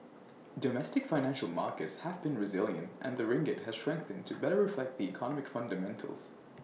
domestic financial markets have been resilient and the ringgit has strengthened to better reflect the economic fundamentals